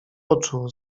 oczu